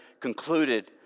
concluded